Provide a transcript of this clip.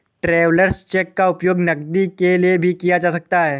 travellers cheque का उपयोग नकदी के लिए भी किया जा सकता है